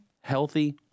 healthy